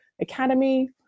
Academy